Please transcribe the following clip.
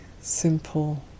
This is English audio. simple